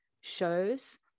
shows